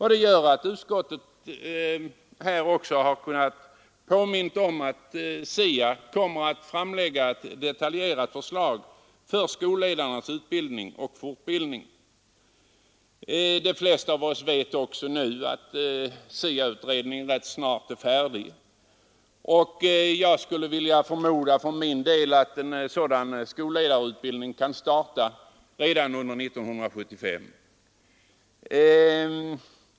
Detta gör att utskottet har kunnat påminna om att SIA-utredningen kommer att framlägga ett detaljerat förslag om skolledarnas utbildning och fortbildning. De flesta av oss vet också att SIA-utredningen rätt snart är färdig. Jag förmodar själv att en sådan skolledarutbildning kan starta redan under 1975.